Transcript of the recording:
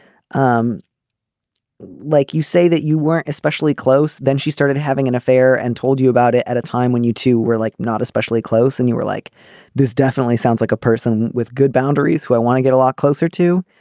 um like you say that you weren't especially close then she started having an affair and told you about it at a time when you two were like not especially close and you were like this definitely sounds like a person with good boundaries who i want to get a lot closer to.